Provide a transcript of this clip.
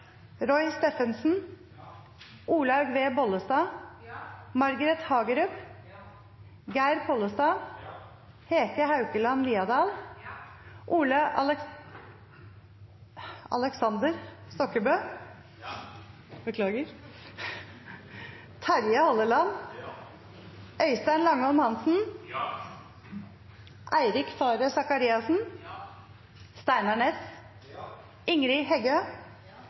Roy Steffensen, Olaug V. Bollestad, Margret Hagerup, Geir Pollestad, Hege Haukeland Liadal, Aleksander Stokkebø, Terje Halleland, Øystein Langholm Hansen, Eirik Faret Sakariassen, Steinar Ness, Ingrid Heggø,